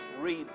read